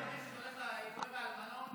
אתה באמת מאמין שזה הולך ליתומים ולאלמנות,